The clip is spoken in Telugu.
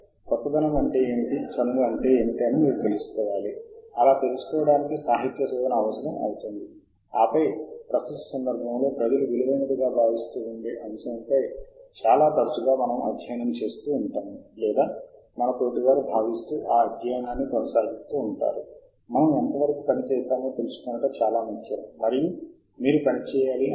మీ అధికారిక ఇ మెయిల్ చిరునామా ఉపయోగించడానికి ఇది తరచుగా సిఫార్సు చేయబడింది ఎందుకంటే చిరునామా ప్రామాణీకరణ కొరకు కొన్నిసార్లు దాన్ని ఉపయోగించడానికి కంటెంట్కి ప్రాప్యత కోసం కొన్నిసార్లు మీరు బయటి వైపు నుండి ప్రాప్యత చేస్తున్నప్పుడు కూడా మీ క్యాంపస్ స్థానం మొదలైన విషయాలు ప్రామాణీకరణ చేయాలి